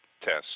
tests